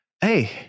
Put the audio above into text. Hey